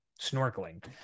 snorkeling